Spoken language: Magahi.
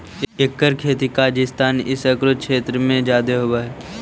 एकर खेती कजाकिस्तान ई सकरो के क्षेत्र सब में जादे होब हई